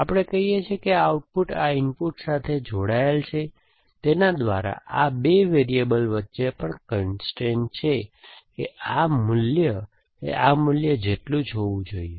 આપણે કહીએ છીએ કે આ આઉટપુટ આ ઇનપુટ સાથે જોડાયેલ છે અને તેના દ્વારા આ 2 વેરીએબલ વચ્ચે પણ કન્સ્ટ્રેઇન છે કે આ મૂલ્ય આ મૂલ્ય જેટલું જ હોવું જોઈએ